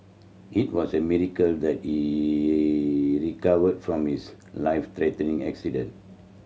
it was a miracle that he recovered from his life threatening accident